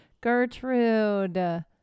gertrude